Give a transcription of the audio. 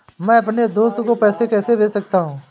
मैं अपने दोस्त को पैसे कैसे भेज सकता हूँ?